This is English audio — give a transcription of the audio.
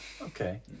okay